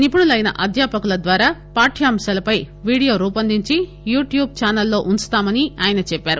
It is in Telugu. నిపుణులైన అధ్యాపకుల ద్వారా పాఠ్యాంశాలపై వీడియో రూపొందించి యూ ట్యూబ్ ఛానల్ లో వుంచుతామని ఆయన చెప్పారు